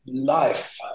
life